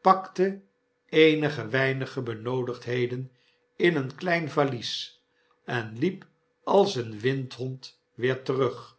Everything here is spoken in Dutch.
pakte eenige weinige benoodigdheden in een klein valies en liep als een vrindhond weer terug